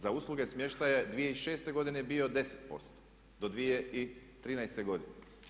Za usluge smještaja je 2006. godine bio 10% do 2013. godine.